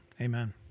amen